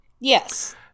Yes